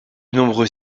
nombreux